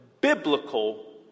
biblical